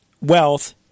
wealth